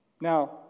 Now